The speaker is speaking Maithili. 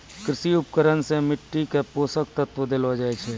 कृषि उपकरण सें मिट्टी क पोसक तत्व देलो जाय छै